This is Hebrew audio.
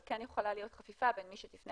אבל כן יכולה להיות חפיפה בין מי שתפנה